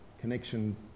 connection